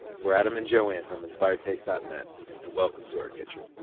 we're adam and joanne from inspiredtaste dot net and welcome to our kitchen.